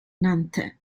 nannte